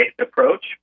approach